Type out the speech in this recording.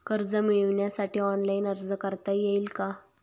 कर्ज मिळविण्यासाठी ऑनलाइन अर्ज करता येईल का?